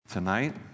tonight